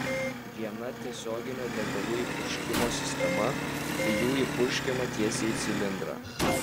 viena tiesioginio degalų įpurškimo sistema kai jų įpurškiama tiesiai į cilindrą